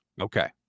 Okay